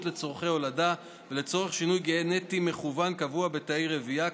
לצורכי הולדה ולצורך שינוי גנטי מכוון וקבוע בתאי רבייה,